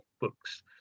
books